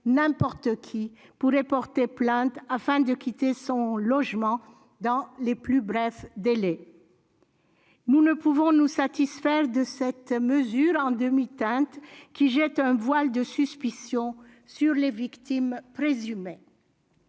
n'importe qui pourrait porter plainte afin de quitter son logement dans les plus brefs délais. Nous ne pouvons pas nous satisfaire de cette mesure en demi-teinte, qui jette un voile de suspicion sur les victimes présumées.